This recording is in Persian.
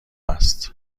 است